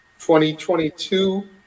2022